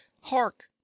hark